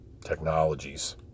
technologies